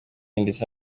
ndetse